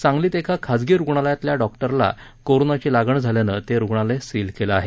सांगलीत एका खाजगी रुणालयातल्या डॉक्टला कोरोनाची लागण झाल्यानं ते रुग्णालय सील केलं आहे